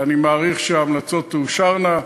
אני מעריך שההמלצות תאושרנה.